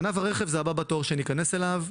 ענף הרכב זה הבא בתור שניכנס אליו,